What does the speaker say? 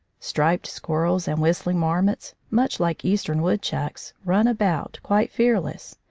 striped squirrels and whistling marmots, much like eastern woodchucks, run about, quite fearless,